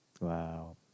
Wow